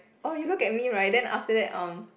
oh you look at me right then after that um